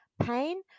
pain